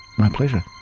my pleasure